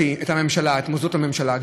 הממשלה ואת מוסדות הממשלה.